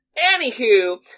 Anywho